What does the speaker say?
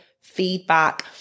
feedback